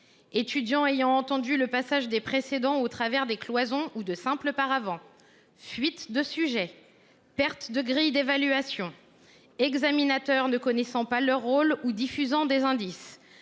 étudiants ayant entendu le passage des précédents au travers des cloisons ou de simples paravents ; fuite de sujets ; perte de grilles d’évaluation ; examinateurs ne connaissant pas leur rôle ou diffusant des indices…